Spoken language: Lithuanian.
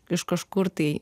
iš kažkur tai